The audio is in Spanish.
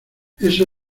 eso